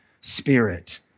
spirit